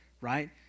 right